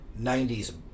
90s